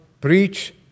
preach